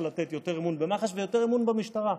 לתת יותר אמון במח"ש ויותר אמון במשטרה.